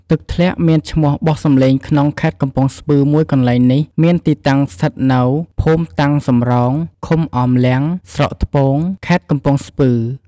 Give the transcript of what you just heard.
ទឹកធ្លាក់មានឈ្មោះបោះសម្លេងក្នុងខេត្តកំពង់ស្ពឺមួយកន្លែងនេះមានទីតាំងស្ថិតនៅ ភូមិតាំងសំរោង ឃុំអមលាំង ស្រុកថ្ពង ខេត្តកំពង់ស្ពឺ ។